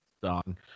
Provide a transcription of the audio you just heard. song